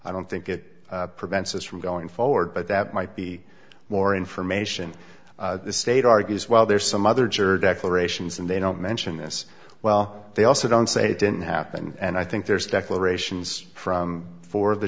i don't think it prevents us from going forward but that might be more information the state argues while there are some other jerk declarations and they don't mention this well they also don't say it didn't happen and i think there's declarations from for th